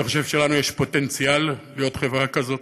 אני חושב שלנו יש פוטנציאל להיות חברה כזאת,